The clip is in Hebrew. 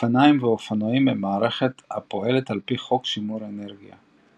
אופניים ואופנועים הם מערכת הפועלת על פי חוק שימור האנרגיה .